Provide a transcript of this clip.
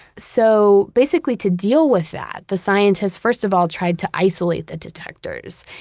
so basically to deal with that, the scientists, first of all, tried to isolate the detectors.